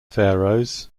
pharaohs